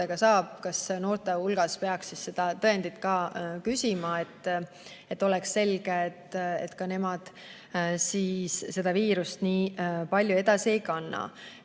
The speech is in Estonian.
kas noortelt peaks ka seda tõendit küsima, et oleks selge, et nemad seda viirust nii palju edasi ei kanna.